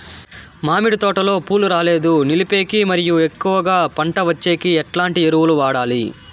మామిడి తోటలో పూలు రాలేదు నిలిపేకి మరియు ఎక్కువగా పంట వచ్చేకి ఎట్లాంటి ఎరువులు వాడాలి?